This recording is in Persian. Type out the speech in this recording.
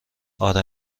آره